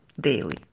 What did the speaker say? daily